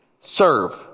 serve